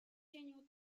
single